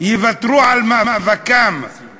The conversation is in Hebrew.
יוותרו על מאבקם משום